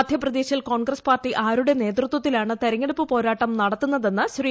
മധ്യപ്രദേശിൽ കോൺഗ്രസ് പാർട്ടി ആരുടെ നേതൃത്വത്തിലാണ് തെരഞ്ഞെടുപ്പ് പോരാട്ടം നടത്തുന്നതെന്ന് ശ്രീ